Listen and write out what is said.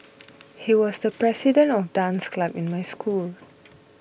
he was the president of dance club in my school